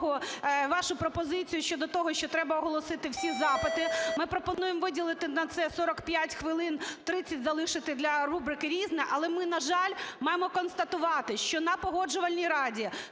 вашу пропозицію щодо того, що треба оголосити всі запити. Ми пропонуємо виділити на це 45 хвилин, 30 залишити для рубрики "Різне". Але ми, на жаль, маємо констатувати, що на Погоджувальній раді